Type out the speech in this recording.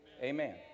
amen